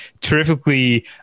terrifically